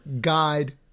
guide